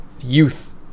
youth